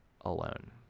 alone